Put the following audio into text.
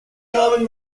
common